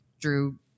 drew